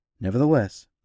Nevertheless